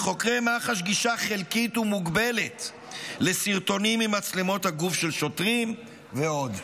לחוקרי מח"ש גישה חלקית ומוגבלת לסרטונים ממצלמות הגוף של שוטרים ועוד.